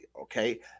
okay